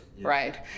right